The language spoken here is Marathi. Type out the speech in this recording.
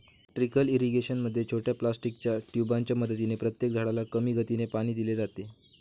ट्रीकल इरिगेशन मध्ये छोट्या प्लास्टिकच्या ट्यूबांच्या मदतीने प्रत्येक झाडाला कमी गतीने पाणी दिले जाते